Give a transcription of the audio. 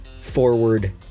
forward